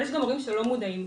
אבל יש גם הורים שלא מודעים.